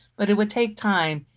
but it would take time.